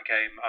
game